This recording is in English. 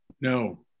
No